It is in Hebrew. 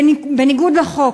בניגוד לחוק.